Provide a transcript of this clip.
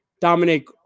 Dominic